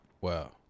Wow